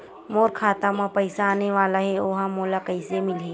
मोर खाता म पईसा आने वाला हे ओहा मोला कइसे मिलही?